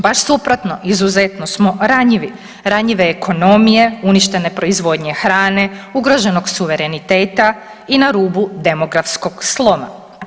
Baš suprotno izuzetno smo ranjivi – ranjive ekonomije, uništene proizvodnje hrane, ugroženog suvereniteta i na rubu demografskog sloma.